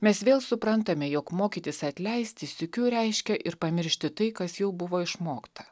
mes vėl suprantame jog mokytis atleisti sykiu reiškia ir pamiršti tai kas jau buvo išmokta